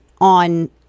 on